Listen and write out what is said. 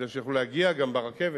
כדי שיוכלו להגיע גם ברכבת